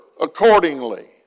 accordingly